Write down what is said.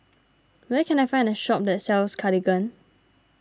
where can I find a shop that sells Cartigain